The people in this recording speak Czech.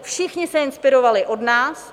Všichni se inspirovali od nás.